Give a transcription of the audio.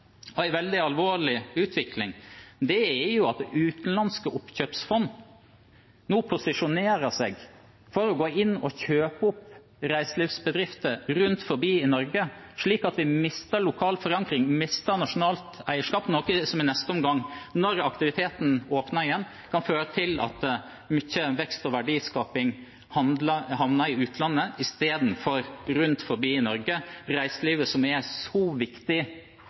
veldig alvorlig utvikling. Det er at utenlandske oppkjøpsfond nå posisjonerer seg for å gå inn og kjøpe opp reiselivsbedrifter rundt om i Norge, slik at de mister lokal forankring, mister nasjonalt eierskap, noe som i neste omgang, når aktiviteten åpner igjen, kan føre til at mye vekst og verdiskaping havner i utlandet i stedet for rundt omkring i Norge – reiselivet, som er en så viktig